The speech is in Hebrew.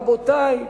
רבותי,